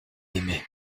aimaient